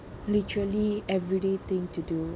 literally everyday thing to do